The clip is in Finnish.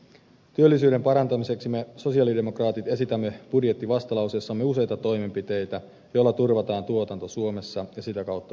työllisyyden parantamiseksi me sosialidemokraatit esitämme budjettivastalauseessamme useita toimenpiteitä joilla turvataan tuotanto suomessa ja sitä kautta myös työpaikat